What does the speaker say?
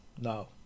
No